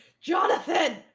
Jonathan